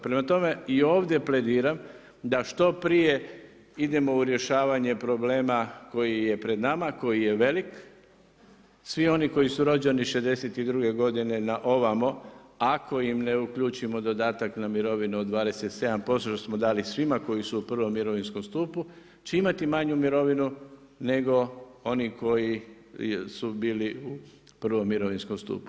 Prema tome, i ovdje plediram da što prije idemo u rješavanje problema koji je pred nama, koji je velik, svi oni koji su rođeni '62. godine na ovamo ako im ne uključimo dodataka na mirovine od 27% što smo dali svima koji su u prvom mirovinskom stupu će imati manju mirovinu nego oni koji su bili u prvom mirovinskom stupu.